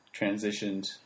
transitioned